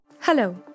Hello